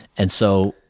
and so,